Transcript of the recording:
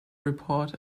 report